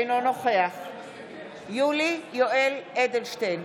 אינו נוכח יולי יואל אדלשטיין,